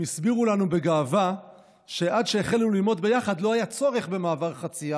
הם הסבירו לנו בגאווה שעד שהחלו ללמוד ביחד לא היה צורך במעבר חציה,